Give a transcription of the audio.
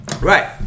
right